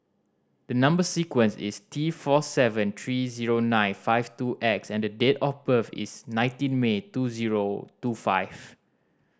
the number sequence is T four seven three zero nine five two X and the date of birth is nineteen May two zero two five